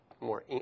more